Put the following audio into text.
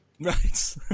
Right